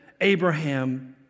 Abraham